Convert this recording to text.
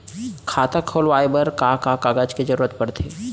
खाता खोलवाये बर का का कागज के जरूरत पड़थे?